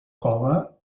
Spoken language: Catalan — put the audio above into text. cova